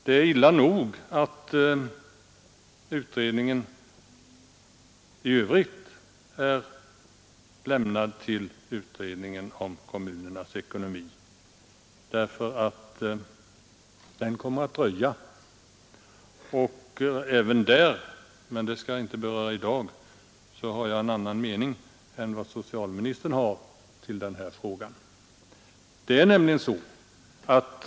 Det är illa nog att förslagen även i övrigt har lämnats till utredningen om kommunernas ekonomi, eftersom det kommer att dröja innan den är färdig. Även därvidlag har jag alltså en annan mening än socialministern, men det skall jag inte beröra i dag.